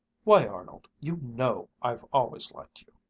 why, arnold, you know i've always liked you.